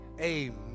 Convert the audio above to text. Amen